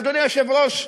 ואדוני היושב-ראש,